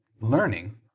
learning